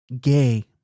gay